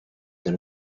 than